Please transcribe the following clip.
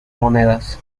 monedas